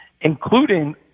including